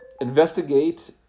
investigate